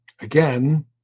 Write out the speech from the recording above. again